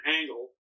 angle